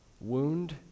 wound